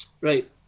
Right